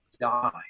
die